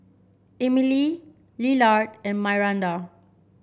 Emilie Lillard and Myranda